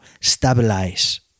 stabilize